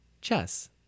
chess